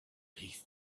peace